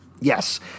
Yes